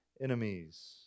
enemies